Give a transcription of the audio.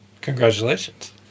Congratulations